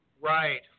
Right